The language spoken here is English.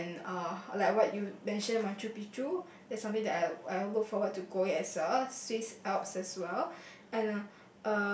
and uh like what you mentioned Machu-Picchu that's something that I'd I'd look forward to go as well Swiss-Alps as well and uh